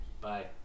Bye